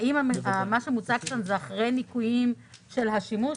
האם מה שמוצג כאן זה אחרי ניכויים של השימוש?